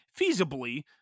feasibly